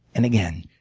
and again.